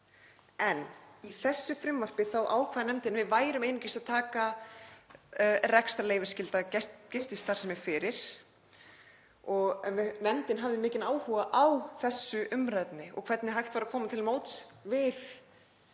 Í þessu frumvarpi ákvað nefndin að við værum einungis að taka rekstrarleyfisskylda gististarfsemi fyrir en nefndin hafði mikinn áhuga á þessu umræðuefni og hvernig hægt væri að koma til móts við